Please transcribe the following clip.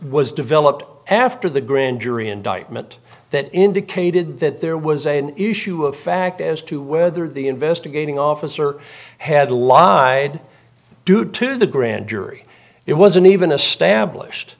was developed after the grand jury indictment that indicated that there was an issue of fact as to whether the investigating officer had lied due to the grand jury it wasn't even established